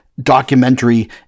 Documentary